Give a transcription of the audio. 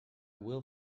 will